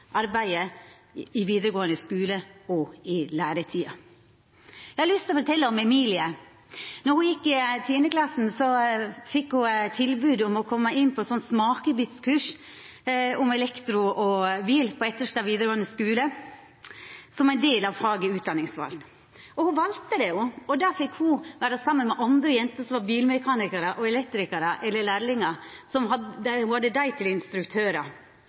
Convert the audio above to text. arbeidet i vidaregåande skule og i læretida. Eg har lyst til å fortelja om Emilie. Då ho gjekk i 10. klasse, fekk ho tilbod om å koma inn på eit «smakebitkurs» om elektro og bil på Etterstad videregående skole, som ein del av faget utdanningsval. Ho valde det. Der fekk ho vera saman med andre jenter, som var bilmekanikarar, elektrikarar eller lærlingar. Ho hadde dei som instruktørar.